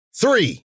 three